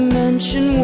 mention